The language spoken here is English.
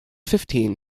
fifteen